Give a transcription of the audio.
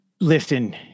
Listen